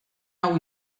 hau